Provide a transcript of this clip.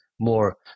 more